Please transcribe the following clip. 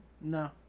No